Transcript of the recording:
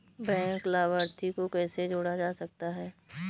Bank लाभार्थी को कैसे जोड़ा जा सकता है?